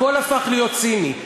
הכול הפך להיות ציני.